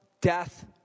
death